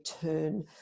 turn